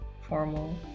formal